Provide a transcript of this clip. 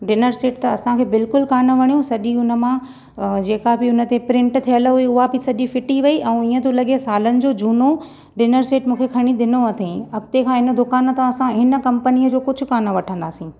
dinner set त असांखे बिल्कुलु कान वणियो सॼी उन मां जेका बि उनमें प्रिंट थियलु हुई उहा बि सॼी फिटी वई ऐं हीअं थो लॻे सालनि जो झूनो डिनर सेट मूंखे खणी ॾिनो अथईं अॻिते खां हिन दुकान तां असां हिन कंपनीअ जो कुझु कान वठंदासीं